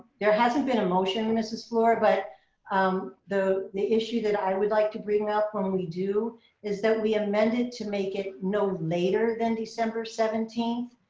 there hasn't been a motion and mrs. fluor, ah but um the the issue that i would like to bring up when we do is that we amended to make it no later than december seventeenth.